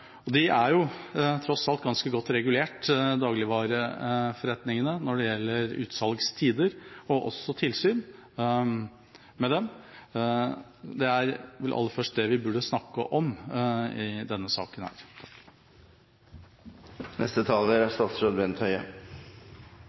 og dagligvareforretningene er tross alt ganske godt regulert når det gjelder utsalgstider og tilsynet med dem. Det er vel det vi aller først burde snakke om i denne saken.